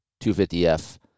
250F